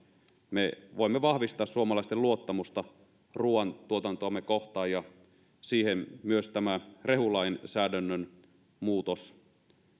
me voimme vahvistaa suomalaisten luottamusta ruoantuotantoamme kohtaan ja siihen myös tämä rehulainsäädännön muutos